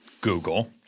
Google